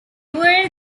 were